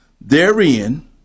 therein